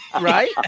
Right